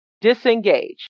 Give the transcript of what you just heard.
disengage